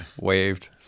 waved